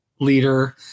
leader